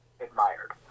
admired